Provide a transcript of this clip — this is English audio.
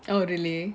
oh really